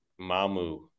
Mamu